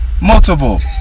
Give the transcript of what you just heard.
multiple